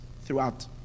throughout